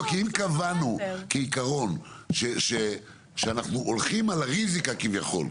כי אם קבענו כעיקרון שאנחנו הולכים על הריזיקה כביכול,